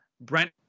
Brent